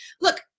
Look